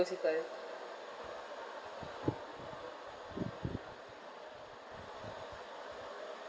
those people